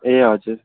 ए हजुर